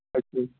ਅੱਛਾ ਜੀ